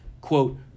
quote